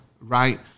right